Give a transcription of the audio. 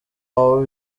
abo